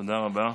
תודה רבה.